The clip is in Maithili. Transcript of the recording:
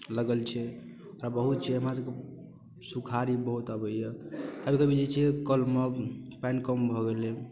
लागल छै हमरा बहुत छै हमरासभके सुखारी बहुत अबैए कभी कभी जे छै कलमे पानि कम भऽ गेलै